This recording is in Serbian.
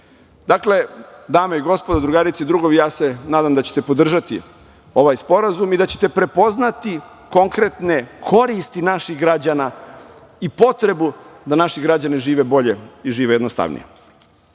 ovde. Dakle, dame i gospodo, drugarice i drugovi, ja se nadam da ćete podržati ovaj sporazum i da ćete prepoznati konkretne koristi naših građana i potrebu da naši građani žive bolje i jednostavnije. Takođe,